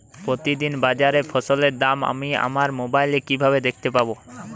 প্রতিদিন বাজারে ফসলের দাম আমি আমার মোবাইলে কিভাবে দেখতে পাব?